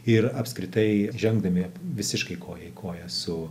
ir apskritai žengdami visiškai koja į koją su